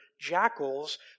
jackals